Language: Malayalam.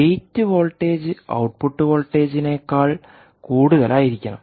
ഗേറ്റ് വോൾട്ടേജ് ഔട്ട്പുട്ട് വോൾട്ടേജിനേക്കാൾ കൂടുതലായിരിക്കണം